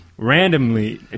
randomly